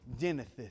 Genesis